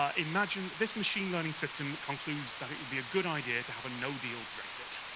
ah imagine this machine learning system concludes that it would be a good idea to have a no deal brexit.